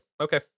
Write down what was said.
Okay